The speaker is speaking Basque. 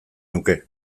nuke